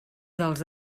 dels